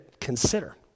consider